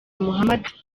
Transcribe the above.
mohammed